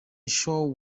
shows